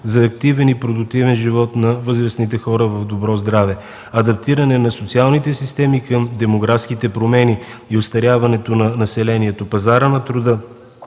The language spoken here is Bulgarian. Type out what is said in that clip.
за активен и продуктивен живот на възрастните хора в добро здраве, адаптиране на социалните системи към демографските промени и остаряването на населението, пазара на труда,